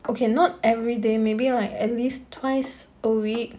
okay not every day maybe like at least twice a week